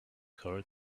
heart